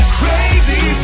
crazy